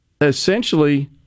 essentially